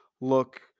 look